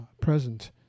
present